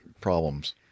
problems